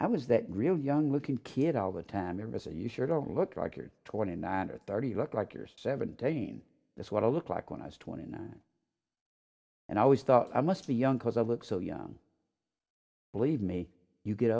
i was that real young looking kid all the time there was a you sure don't look like you're twenty nine hundred thirty look like you're seventeen that's what i look like when i was twenty nine and i always thought i must be young cause i look so young believe me you get